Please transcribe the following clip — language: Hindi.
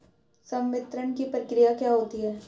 संवितरण की प्रक्रिया क्या होती है?